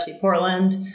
Portland